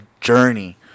journey